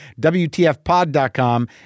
WTFpod.com